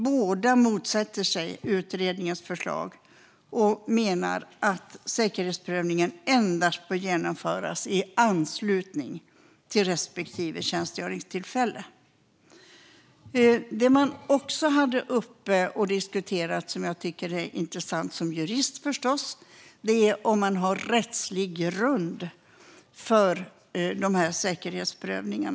Båda motsätter sig utredningens förslag och menar att säkerhetsprövningen endast bör genomföras i anslutning till respektive tjänstgöringstillfälle. Det man också haft uppe och diskuterat - och som jag som jurist förstås tycker är intressant - är om det finns rättslig grund för dessa säkerhetsprövningar.